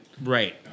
right